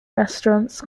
restaurants